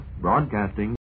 Broadcasting